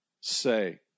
say